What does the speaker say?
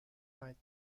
night